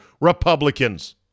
Republicans